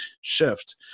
shift